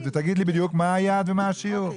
ותגיד לי בדיוק מהו היעד ומהו השיעור.